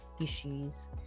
issues